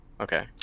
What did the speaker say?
Okay